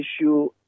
issue